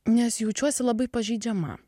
nes jaučiuosi labai pažeidžiama